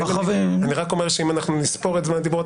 רק אומר שאם נספור את זמן הדיבור,